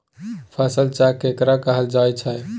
फसल चक्र केकरा कहल जायत छै?